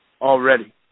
already